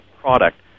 product